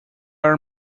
are